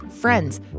friends